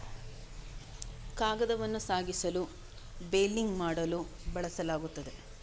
ಕಾಗದವನ್ನು ಸಾಗಿಸಲು ಬೇಲಿಂಗ್ ಮಾಡಲು ಬಳಸಲಾಗುತ್ತದೆ